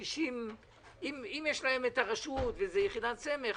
אם יש להם את הרשות והיא יחידת סמך,